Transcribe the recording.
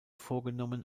vorgenommen